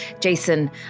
Jason